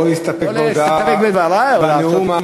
או להסתפק בדברי או לעשות,